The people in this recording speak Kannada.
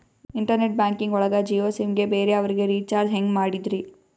ಇಂಟರ್ನೆಟ್ ಬ್ಯಾಂಕಿಂಗ್ ಒಳಗ ಜಿಯೋ ಸಿಮ್ ಗೆ ಬೇರೆ ಅವರಿಗೆ ರೀಚಾರ್ಜ್ ಹೆಂಗ್ ಮಾಡಿದ್ರಿ?